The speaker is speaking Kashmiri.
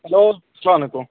ہیلو اَسَلامُ علیکُم